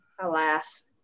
Alas